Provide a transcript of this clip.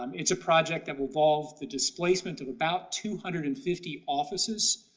um it's a project that will involve the displacement of about two hundred and fifty offices.